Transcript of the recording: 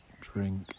drink